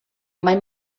mai